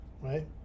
right